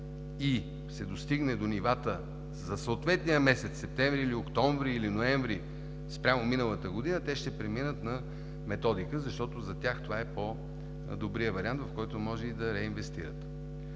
и се достигне до нивата за съответния месец – септември, октомври или ноември спрямо миналата година, те ще преминат на методика, защото за тях това е по-добрият вариант, в който може и да реинвестират.